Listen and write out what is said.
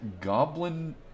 Goblin